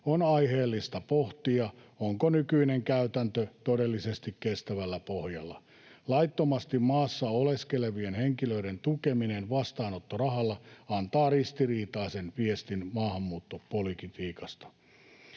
on aiheellista pohtia, onko nykyinen käytäntö todellisesti kestävällä pohjalla. Laittomasti maassa oleskelevien henkilöiden tukeminen vastaanottorahalla antaa ristiriitaisen viestin maahanmuuttopolitiikasta.